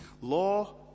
Law